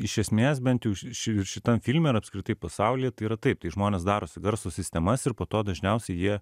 iš esmės bent jau ši ši šitam filme ir apskritai pasaulyje tai yra taip tai žmonės darosi garso sistemas ir po to dažniausiai jie